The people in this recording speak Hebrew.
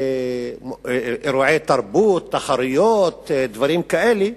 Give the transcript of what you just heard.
אירועי תרבות, תחרויות, וכל הדברים האלה?